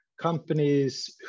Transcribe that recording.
companies